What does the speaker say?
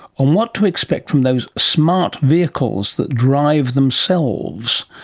on what to expect from those smart vehicles that drive themselves.